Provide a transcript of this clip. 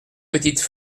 petites